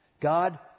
God